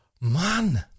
man